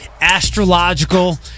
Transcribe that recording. astrological